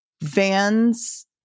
Vans